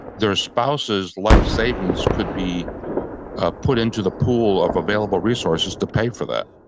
their spouse's life savings could be ah put into the pool of available resources to pay for that.